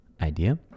idea